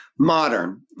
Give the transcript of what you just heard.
modern